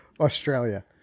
Australia